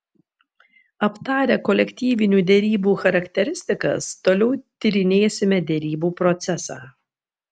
aptarę kolektyvinių derybų charakteristikas toliau tyrinėsime derybų procesą